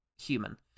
human